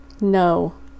no